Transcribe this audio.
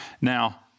Now